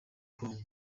congo